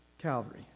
Calvary